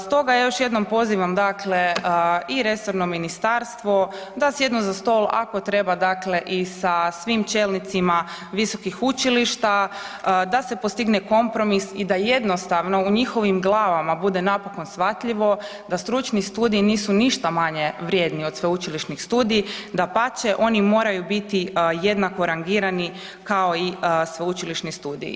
Stoga još jednom pozivam dakle i resorno ministarstvo da sjednu za stol, ako treba dakle i sa svim čelnicima visokih učilišta, da se postigne kompromis i da jednostavno u njihovim glavama bude napokon shvatljivo da stručni studiji nisu ništa manje vrijedni od sveučilišnih studija, dapače, oni moraju biti jednako rangirani kao i sveučilišni studiji.